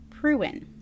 Pruin